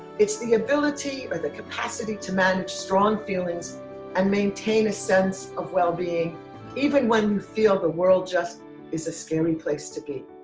it's the ability or the capacity to manage strong feelings and maintain a sense of well-being even when you feel the world just is a scary place to be.